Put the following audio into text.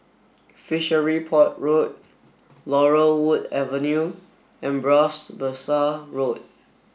Fishery Port Road Laurel Wood Avenue and Bras Basah Road